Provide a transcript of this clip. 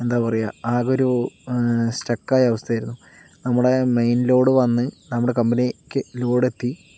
എന്താ പറയുക ആകെയൊരു സ്റ്റക്കായ അവസ്ഥയായിരുന്നു നമ്മുടെ മെയിൻ ലോഡ് വന്ന് നമ്മുടെ കമ്പനിക്ക് ലോഡെത്തി